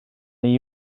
neu